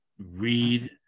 Read